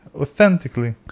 authentically